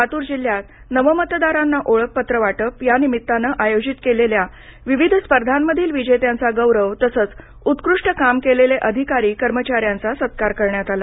लातूर जिल्ह्यात नवमतदारांना ओळख पत्र वाटप आणि यानिमित्तानं आयोजित केलेल्या विविध स्पर्धांमधील विजेत्यांचा गौरव तसंच उत्कृष्ट काम केलेले अधिकारी कर्मचा यांचा सत्कार करण्यात आला